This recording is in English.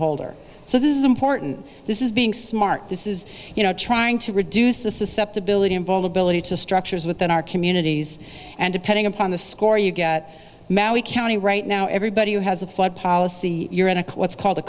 policyholder so this is important this is being smart this is you know trying to reduce the susceptibility and vulnerability to structures within our communities and depending upon the score you get mally county right now everybody who has a flood policy you're in a klutz called